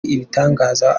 ibitangaza